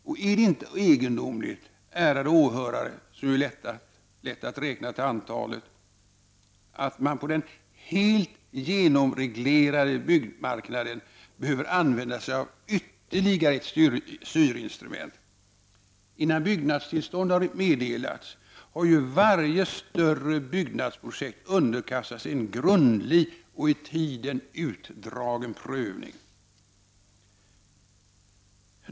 Och är det inte egendomligt, ärade åhörare — som är lätt räknade — att man på den helt genomreglerade byggmarknaden behöver använda ytterligare styrinstrument? Innan byggnadstillstånd har meddelats har ju varje större byggnadsprojekt underkastats en grundlig och i tiden utdragen prövning.